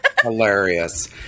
Hilarious